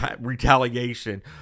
retaliation